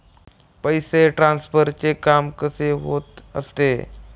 पैसे ट्रान्सफरचे काम कसे होत असते?